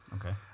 Okay